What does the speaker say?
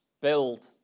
build